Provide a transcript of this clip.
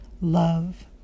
love